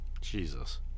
Jesus